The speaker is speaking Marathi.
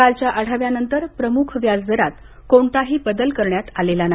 कालच्या आढाव्यानंतर प्रमुख व्याजदरात कोणताही बदल करण्यात आलेला नाही